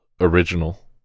original